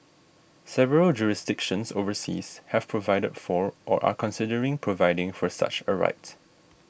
several jurisdictions overseas have provided for or are considering providing for such a right